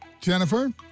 Jennifer